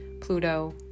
pluto